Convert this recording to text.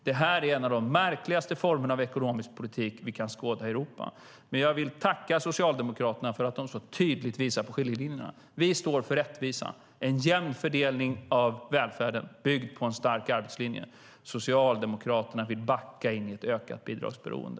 Detta är en av de märkligaste formerna av ekonomisk politik som vi kan skåda i Europa. Men jag vill tacka Socialdemokraterna för att de så tydligt visar på skiljelinjerna. Vi står för rättvisa och en jämn fördelning av välfärden byggd på en stark arbetslinje. Socialdemokraterna vill backa in i ett ökat bidragsberoende.